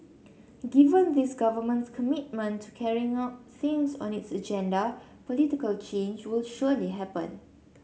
given this Government's commitment to carrying out things on its agenda political change will surely happen